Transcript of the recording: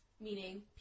Meaning